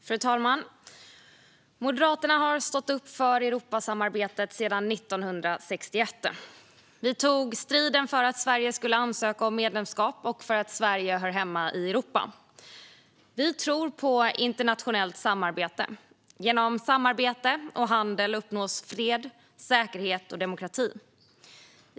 Fru talman! Moderaterna har stått upp för Europasamarbetet sedan 1961. Vi tog striden för att Sverige skulle ansöka om medlemskap och för att Sverige hör hemma i Europa. Vi tror på internationellt samarbete. Genom samarbete och handel uppnås fred, säkerhet och demokrati.